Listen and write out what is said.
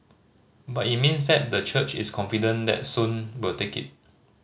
but it means that the church is confident that Sun will make it